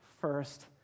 First